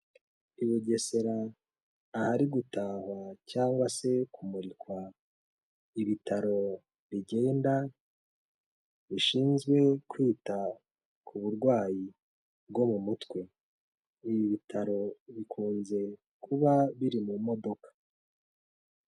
I Bugesera ahari gutahwa cyangwa se kumurikwa ibitaro bigenda bishinzwe kwita ku burwayi bwo mu mutwe. Ibi bitaro bikunze kuba biri mu modoka.